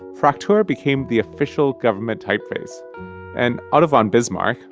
fraktur became the official government typeface and otto von bismarck,